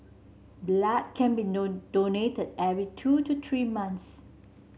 blood can be donated every two to three months